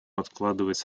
откладывать